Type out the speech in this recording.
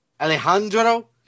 Alejandro